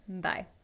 Bye